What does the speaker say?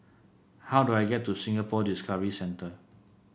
how do I get to Singapore Discovery Centre